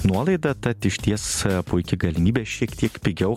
nuolaida tad išties puiki galimybė šiek tiek pigiau